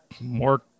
more